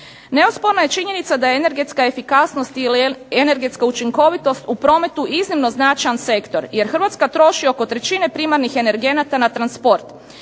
Neosporna je činjenica da je energetska efikasnost ili energetska učinkovitost u prometu iznimno značajan sektor, jer Hrvatska troši oko trećine primarnih energenata na transport.